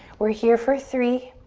we're here for three.